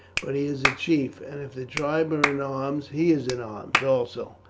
but he is a chief, and if the tribe are in arms he is in arms also,